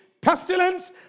pestilence